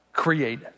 Create